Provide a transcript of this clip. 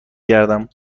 گردم